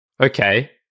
Okay